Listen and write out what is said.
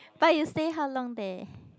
but you stay how long there